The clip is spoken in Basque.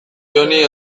joni